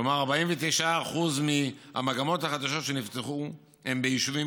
כלומר 49% מהמגמות החדשות שנפתחו הם ביישובים